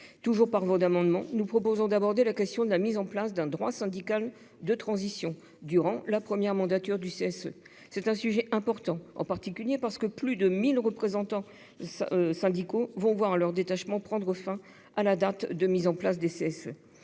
stade. Par voie d'amendement, nous proposons d'envisager la mise en place d'un droit syndical de transition durant la première mandature des CSE. C'est un sujet important, en particulier parce que plus de 1 000 représentants syndicaux vont voir leur détachement prendre fin à la date de mise en place des CSE.